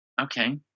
Okay